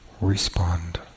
respond